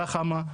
ברחמה,